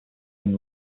and